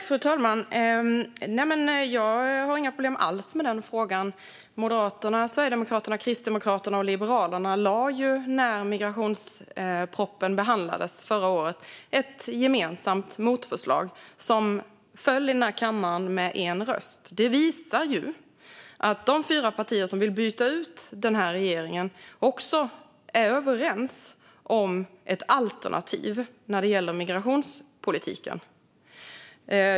Fru talman! Jag har inga problem alls med den frågan. Moderaterna, Sverigedemokraterna, Kristdemokraterna och Liberalerna lade ju fram ett gemensamt motförslag när migrationspropositionen behandlades förra året. Förslaget föll i den här kammaren med en röst. Det visar ju att de fyra partier som vill byta ut den här regeringen också är överens om ett alternativ när det gäller migrationspolitiken.